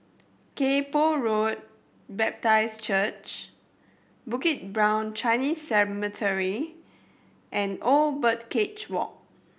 Kay Poh Road Baptist Church Bukit Brown Chinese Cemetery and Old Birdcage Walk